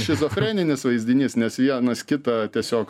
šizofreninis vaizdinys nes vienas kitą tiesiog